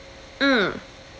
mm